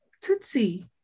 tootsie